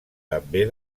també